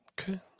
Okay